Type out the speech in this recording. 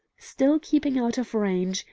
still keeping out of range,